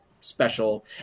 special